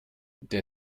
der